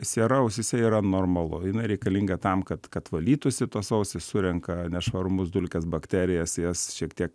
siera ausyse yra normalu jinai reikalinga tam kad kad valytųsi tos ausys surenka nešvarumus dulkes bakterijas jas šiek tiek